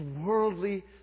worldly